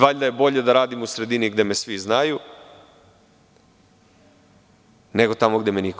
Valjda je bolje da radim u sredini gde me svi znaju, nego tamo gde me niko ne zna.